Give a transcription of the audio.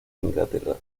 inglaterra